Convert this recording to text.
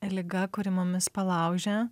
liga kuri mumis palaužia